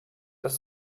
das